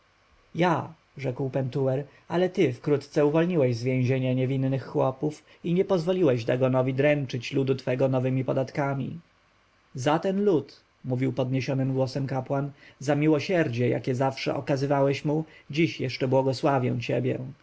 ja rzekł pentuer ale ty wkrótce uwolniłeś z więzienia niewinnych chłopów i nie pozwoliłeś dagonowi dręczyć ludu twego nowemi podatkami za ten lud mówił kapłan za miłosierdzie jakie zawsze okazywałeś mu dziś jeszcze błogosławię ciebie